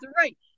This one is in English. right